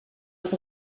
els